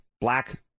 black